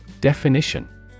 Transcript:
Definition